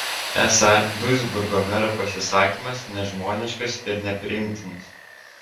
esą duisburgo mero pasisakymas nežmoniškas ir nepriimtinas